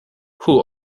who